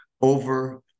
over